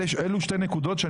אלו שתי נקודות,